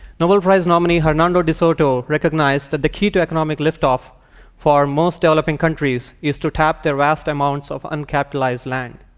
nobel prize nominee hernando de soto recognized that the key to economic liftoff for most developing countries is to tap the vast amounts of uncapitalized land.